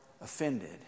offended